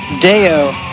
deo